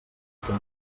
fer